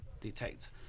detect